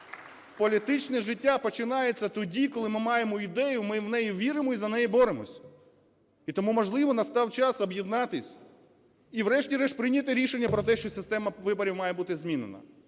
політичне життя починається тоді, коли ми маємо ідею і ми в неї віримо, і за нею боремося. І тому, можливо, настав час об'єднатись і, врешті-решт, прийняти рішення про те, що система виборів має бути змінена,